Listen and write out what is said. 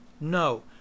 no